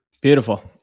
Beautiful